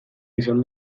izan